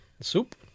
Soup